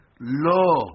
Lo